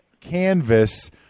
canvas